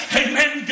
amen